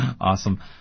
Awesome